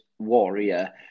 Warrior